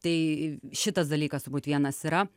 tai šitas dalykas turbūt vienas yra